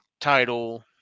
title